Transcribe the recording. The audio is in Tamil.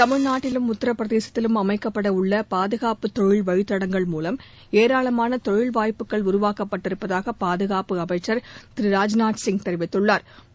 தமிழ்நாட்டிலும் உத்தரபிரதேசத்திலும் அமைக்கப்பட உள்ள பாதுகாப்பு தொழில் வழித்தடங்கள் மூலம் ஏராளமான தொழில் வாய்ப்புகள் உருவாக்கப்பட்டிருப்பதாக பாதுகாப்பு அமைச்சர் திரு ராஜ்நாத் சிங் தெரிவித்துள்ளா்